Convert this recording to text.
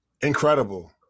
Incredible